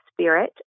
Spirit